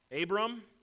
Abram